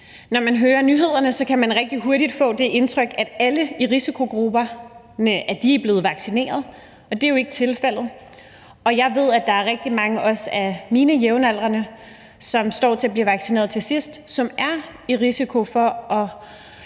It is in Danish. Når man hører nyhederne, kan man hurtigt få det indtryk, at alle i risikogrupperne er blevet vaccineret, og det er jo ikke tilfældet. Og jeg ved, at der også er rigtig mange af mine jævnaldrende, som står til at blive vaccineret til sidst, som er i risiko for at